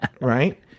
Right